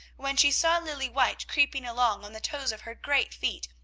when she saw lilly white creeping along on the toes of her great feet,